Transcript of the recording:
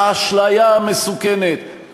האשליה המסוכנת,